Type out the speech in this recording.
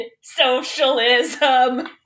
socialism